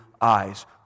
eyes